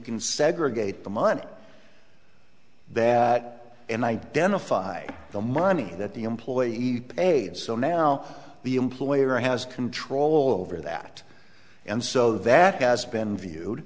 can segregate the money then and identify the money that the employee paid so now the employer has control over that and so that has been viewed